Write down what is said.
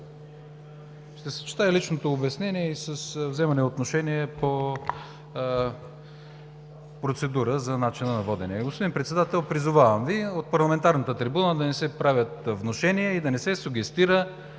Ще съчетая личното обяснение с процедура по начина на водене. Господин Председател, призовавам Ви от парламентарната трибуна да не се правят внушения и да не се сугестира